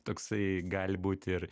toksai gali būt ir